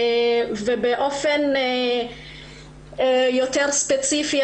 ובאופן יותר ספציפי,